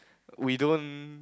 we don't